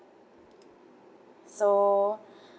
so